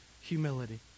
humility